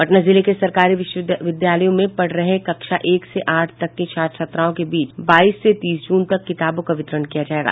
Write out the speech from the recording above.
पटना जिले के सरकारी विद्यालयों में पढ़ रहे कक्षा एक से आठ तक के छात्र छात्राओं के बीच बाईस से तीस जून तक किताबों का वितरण किया जायेगा